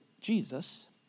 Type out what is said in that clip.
Jesus